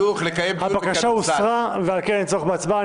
הבקשה הוסרה, ולכן אין צורך בהצבעה.